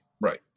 right